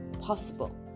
possible